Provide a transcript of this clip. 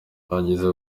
bagize